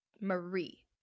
Marie